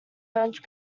french